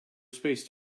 spaced